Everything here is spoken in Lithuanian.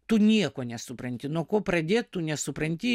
tu nieko nesupranti nuo ko pradėt tu nesupranti